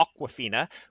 Aquafina